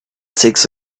six